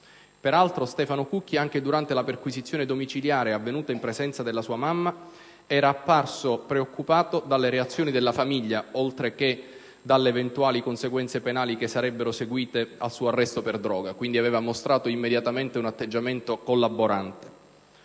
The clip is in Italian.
Peraltro, Stefano Cucchi, anche durante la perquisizione domiciliare avvenuta in presenza della sua mamma, era apparso preoccupato dalle reazioni della famiglia, oltre che dalle eventuali conseguenze penali che sarebbero seguite al suo arresto per droga. Quindi, aveva mostrato immediatamente un atteggiamento collaborante.